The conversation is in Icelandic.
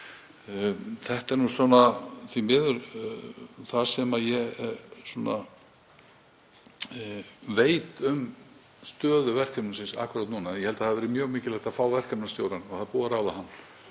Þetta er því miður það eina sem ég veit um stöðu verkefnisins akkúrat núna. Ég held að það hafi verið mjög mikilvægt að fá verkefnisstjórann og það er búið að ráða hann